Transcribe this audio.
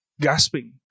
gasping